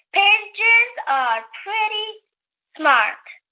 pigeons yeah are pretty smart